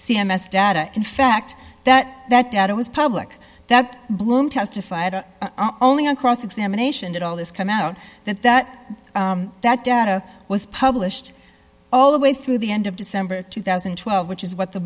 c m s data in fact that that out it was public that bloom testified only on cross examination did all this come out that that that data was published all the way through the end of december two thousand and twelve which is what the